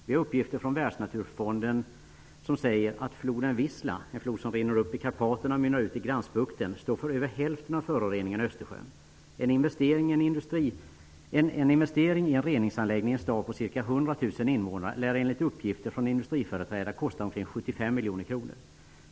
Vi har uppgifter från Världsnaturfonden som säger att floden Wisla -- en flod som rinner upp i Karpaterna och mynnar ut i Gdanskbukten -- står för över hälften av föroreningar i Östersjön. En investering i en reningsanläggning för en stad med cirka 100 000 invånare lär enligt uppgifter från industriföreträdare kosta omkring 75 miljoner kronor.